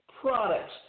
products